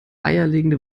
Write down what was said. eierlegende